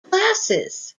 classes